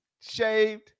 Shaved